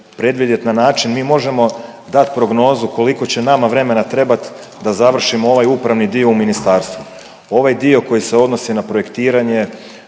predvidjeti na način. Mi možemo dati prognozu koliko će nama vremena trebati da završimo ovaj upravni dio u ministarstvu. Ovaj dio koji se odnosi na projektiranje,